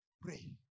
Pray